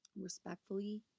respectfully